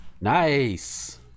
nice